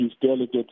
delegates